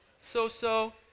so-so